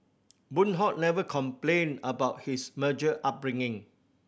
Boon Hock never complained about his upbringing